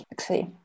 okay